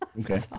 Okay